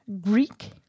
Greek